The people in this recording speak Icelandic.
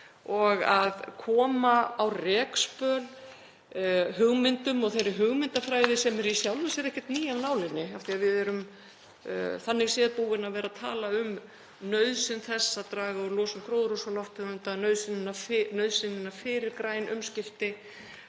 og að koma á rekspöl hugmyndum og þeirri hugmyndafræði sem er í sjálfu sér ekkert ný af nálinni af því að við erum þannig séð búin að vera að tala um nauðsyn þess að draga úr losun gróðurhúsalofttegunda, nauðsynina fyrir græn umskipti